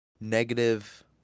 negative